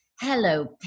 hello